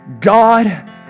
God